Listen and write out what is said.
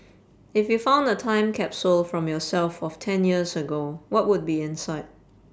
if you found a time capsule from yourself of ten years ago what would be inside